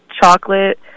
chocolate